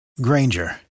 Granger